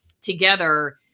together